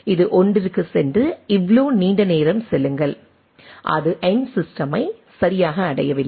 இது ஒன்றிற்குச் சென்று இவ்வளவு நீண்ட நேரம் செல்லுங்கள் அது எண்டு ஸிஸ்டெமை சரியாக அடையவில்லை